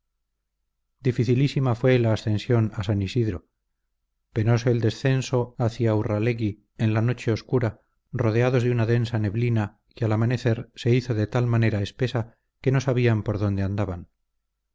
dificilísima fue la ascensión a san isidro penoso el descenso hacia urralegui en la noche oscura rodeados de una densa neblina que al amanecer se hizo de tal manera espesa que no sabían por dónde andaban